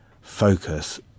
focus